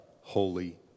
Holy